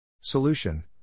Solution